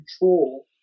control